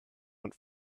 went